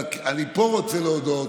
אבל, אני רוצה להודות